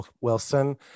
Wilson